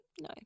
No